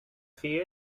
see